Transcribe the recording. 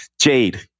Jade